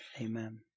Amen